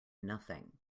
nothing